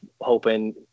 hoping